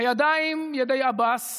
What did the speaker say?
הידיים ידי עבאס